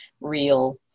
real